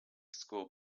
school